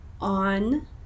on